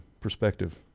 perspective